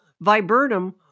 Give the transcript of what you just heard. viburnum